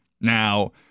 Now